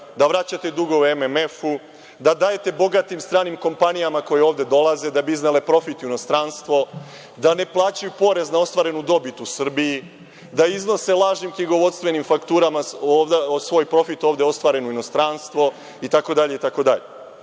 da vraćate dugove MMF-u, da dajete bogatim stranim kompanijama koje ovde dolaze da bi iznele profit u inostranstvo, da ne plaćaju porez na ostvarenu dobit u Srbiji, da iznose lažnim knjigovodstvenim fakturama svoj profit ovde ostvaren u inostranstvo itd,